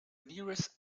nearest